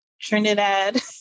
Trinidad